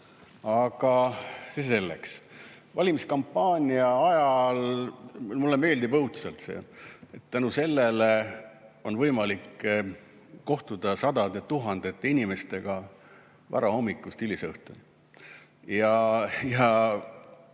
Aga see selleks. Valimiskampaania ajal mulle meeldib õudselt see, et tänu sellele on võimalik kohtuda sadade, tuhandete inimestega varahommikust hilisõhtuni. Ja